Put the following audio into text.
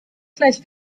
gleich